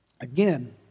Again